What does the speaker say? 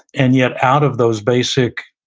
and yet out of those basic,